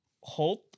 hold